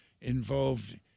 involved